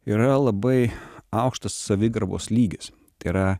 yra labai aukštas savigarbos lygis tai yra